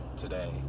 today